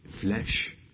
flesh